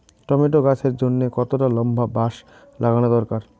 Tomato গাছের জন্যে কতটা লম্বা বাস লাগানো দরকার?